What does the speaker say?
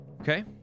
Okay